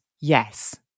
Yes